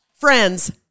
Friends